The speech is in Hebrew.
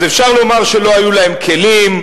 אז אפשר לומר שלא היו להם כלים,